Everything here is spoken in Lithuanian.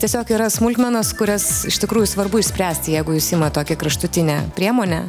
tiesiog yra smulkmenos kurias iš tikrųjų svarbu išspręsti jeigu jūs imat tokią kraštutinę priemonę